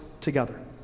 together